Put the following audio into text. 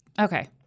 Okay